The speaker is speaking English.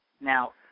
Now